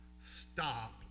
stop